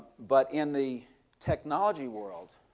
but in the technology world